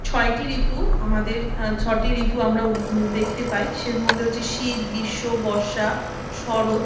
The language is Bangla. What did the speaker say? ছয়টি ঋতু আমাদের ছটি ঋতু আমরা উব্ দেখতে পাই সের মধ্যে হচ্ছে শীত গ্রীষ্ম বর্ষা শরৎ